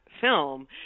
film